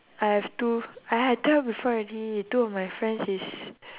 I have two !aiya! I tell you before already two of my friends is